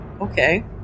Okay